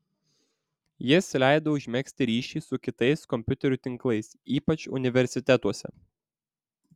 jis leido užmegzti ryšį su kitais kompiuterių tinklais ypač universitetuose